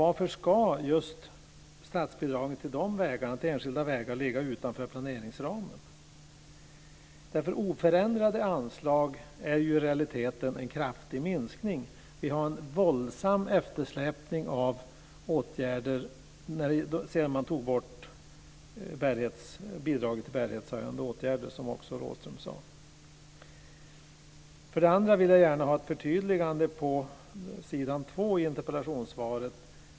Varför ska just statsbidraget till enskilda vägar ligga utanför planeringsramen? Oförändrade anslag är ju i realiteten en kraftig minskning. Vi har en våldsam eftersläpning av åtgärder sedan man tog bort bidraget till bärighetshöjande åtgärder, som Rådhström också sade. Jag vill också gärna ha ett förtydligande av det som står på s. 2 i interpellationssvaret.